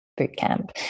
Bootcamp